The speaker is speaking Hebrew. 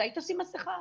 מתי היא תשים מסכה?